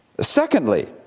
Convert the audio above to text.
Secondly